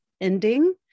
ending